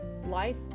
Life